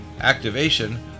activation